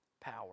power